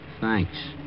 Thanks